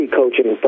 coaching